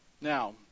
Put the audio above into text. Now